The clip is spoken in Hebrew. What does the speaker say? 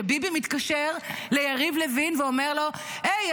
שביבי מתקשר ליריב לוין ואומר לו: היי,